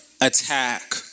attack